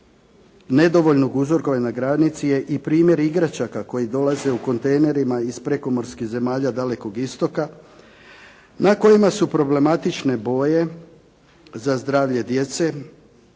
nedovoljno uzorkovanje na granici je i primjer igračaka koje dolaze u kontejnerima iz prekomorskih zemalja Dalekog istoka na kojima su problematične boje za zdravlje djece,